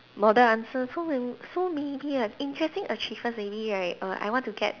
model answer so man~ so many ah interesting achievement maybe right err I want to get